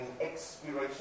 expiration